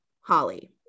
Holly